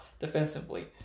defensively